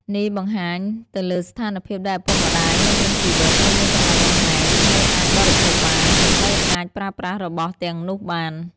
នេះបង្ហាញទៅលើស្ថានភាពដែលឪពុកម្តាយនៅមានជីវិត នៅមានកម្លាំងកំហែង នៅអាចបរិភោគបាន និងនៅអាចប្រើប្រាស់របស់ទាំងនោះបាន